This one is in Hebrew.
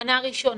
במנה ראשונה,